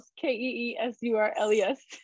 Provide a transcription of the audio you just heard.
K-E-E-S-U-R-L-E-S